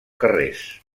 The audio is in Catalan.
carrers